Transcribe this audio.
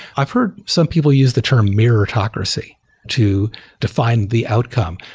i've heard some people use the term meritocracy to define the outcome.